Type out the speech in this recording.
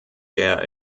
der